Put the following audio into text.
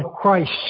Christ